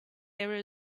error